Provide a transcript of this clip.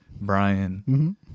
Brian